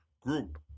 group